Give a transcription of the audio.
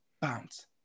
bounce